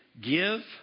Give